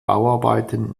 bauarbeiten